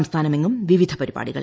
സംസ്ഥാനമെങ്ങും വിവിധ പരിപാടികൾ